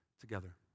together